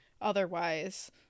otherwise